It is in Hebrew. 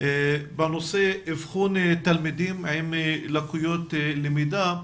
בנושא אבחון תלמידים עם לקויות למידה,